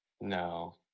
No